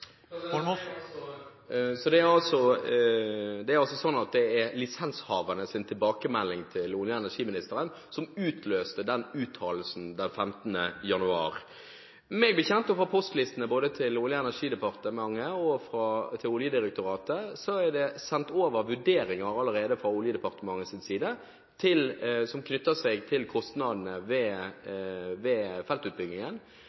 Så det er altså lisenshavernes tilbakemelding til olje- og energiministeren som utløste den uttalelsen den 15. januar. Meg bekjent og ut fra postlistene til både Olje- og energidepartementet og Oljedirektoratet er det sendt over vurderinger allerede fra Olje- energidepartementets side som knytter seg til kostnadene ved